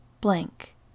Blank